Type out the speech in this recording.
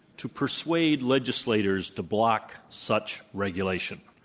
to persuade legislators to block such regulation.